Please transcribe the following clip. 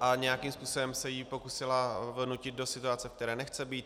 a nějakým způsobem se jí pokusila vnutit do situace, ve které nechce být.